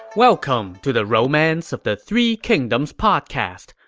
welcome to the romance of the three kingdoms podcast.